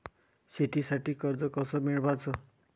शेतीसाठी कर्ज कस मिळवाच?